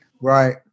Right